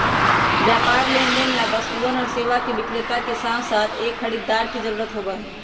व्यापार लेनदेन ला वस्तुअन और सेवा के विक्रेता के साथसाथ एक खरीदार के जरूरत होबा हई